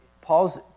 Paul's